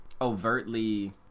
overtly